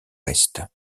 ouest